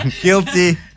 Guilty